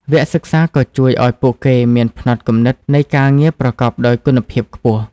វគ្គសិក្សាក៏ជួយឱ្យពួកគេមានផ្នត់គំនិតនៃការងារប្រកបដោយគុណភាពខ្ពស់។